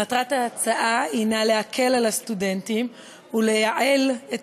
מטרת ההצעה הנה להקל על הסטודנטים ולייעל את